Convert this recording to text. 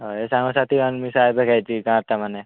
ହଁ ଏଇ ସାଙ୍ଗସାଥି ଆର ମିଶା ଏବେ ତାର ମାନେ